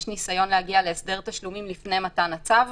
שם יש ניסיון להגיע להסדר תשלומים לפני מתן הצו.